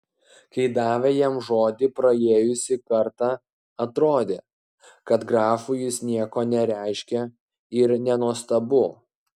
kai davė jam žodį praėjusį kartą atrodė kad grafui jis nieko nereiškia ir nenuostabu